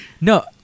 no